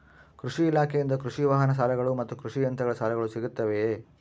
ಕೃಷಿ ಇಲಾಖೆಯಿಂದ ಕೃಷಿ ವಾಹನ ಸಾಲಗಳು ಮತ್ತು ಕೃಷಿ ಯಂತ್ರಗಳ ಸಾಲಗಳು ಸಿಗುತ್ತವೆಯೆ?